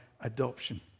adoption